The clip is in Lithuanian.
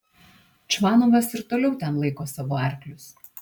čvanovas ir toliau ten laiko savo arklius